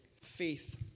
faith